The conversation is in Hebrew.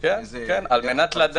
אני פותח את הישיבה.